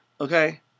Okay